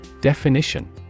Definition